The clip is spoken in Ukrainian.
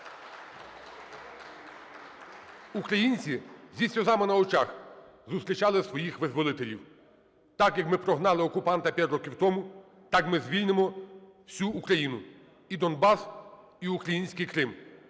Українці зі сльозами на очах зустрічали своїх визволителів. Так, як ми прогнали окупанта 5 років тому, так ми звільнимо всю Україну – і Донбас, і український Крим.